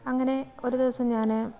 അങ്ങനെ ഒരു ദിവസം ഞാൻ